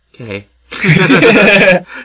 Okay